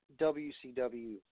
WCW